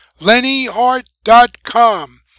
lennyhart.com